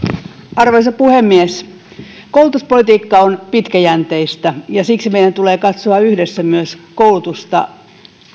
arvoisa puhemies koulutuspolitiikka on pitkäjänteistä ja siksi meidän tulee katsoa yhdessä myös koulutusta